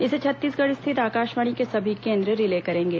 इसे छत्तीसगढ़ स्थित आकाशवाणी के सभी केंद्र रिले करेंगे